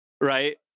right